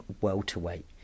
welterweight